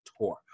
tour